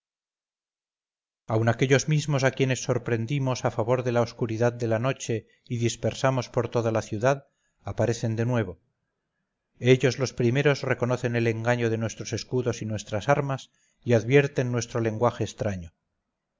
aun aquellos mismos a quienes sorprendimos a favor de la oscuridad de la noche y dispersamos por toda la ciudad aparecen de nuevo ellos los primeros reconocen el engaño de nuestros escudos y nuestras armas y advierten nuestro lenguaje extraño